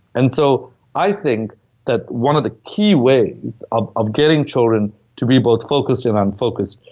and so i think that one of the key ways of of getting children to be both focused and unfocused,